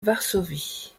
varsovie